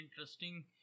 interesting